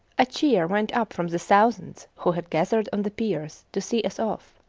a cheer went up from the thousands who had gathered on the piers to see us off.